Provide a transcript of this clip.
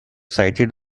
cited